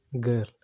Girl